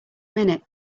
minute